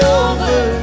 over